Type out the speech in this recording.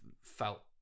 felt